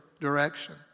direction